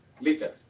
later